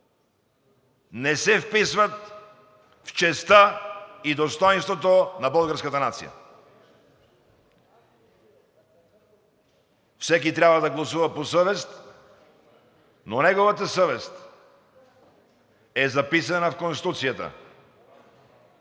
не се вписват в честта и достойнството на българската нация. Всеки трябва да гласува по съвест, но неговата съвест е записана в Конституцията,